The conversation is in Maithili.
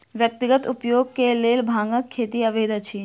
व्यक्तिगत उपयोग के लेल भांगक खेती अवैध अछि